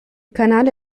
canale